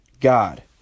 God